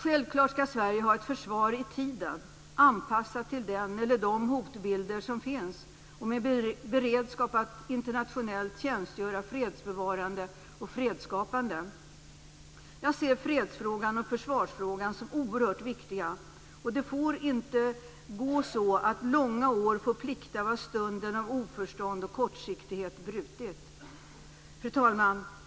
Självklart skall Sverige ha ett försvar i tiden, anpassat till den eller de hotbilder som finns och med beredskap att internationellt tjänstgöra fredsbevarande och fredsskapande. Jag ser fredsfrågan och försvarsfrågan som oerhört viktiga. Det får inte bli så att långa år får plikta för stunder av oförstånd och kortsiktighet. Fru talman!